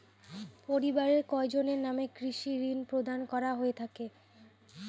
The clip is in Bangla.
পরিবারের কয়জনের নামে কৃষি ঋণ প্রদান করা হয়ে থাকে?